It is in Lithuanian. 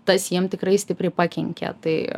tas jiem tikrai stipriai pakenkė tai